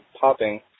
popping